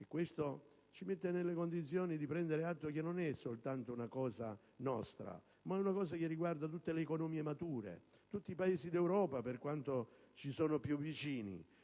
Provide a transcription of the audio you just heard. e ciò ci mette nelle condizioni di prendere atto che non è soltanto una condizione nostra, ma riguarda tutte le economie mature, tutti i Paesi d'Europa per quanto ci sono più vicini.